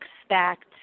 expect